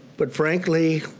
but frankly,